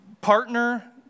partner